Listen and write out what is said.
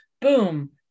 Boom